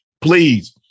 Please